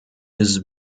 his